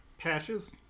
patches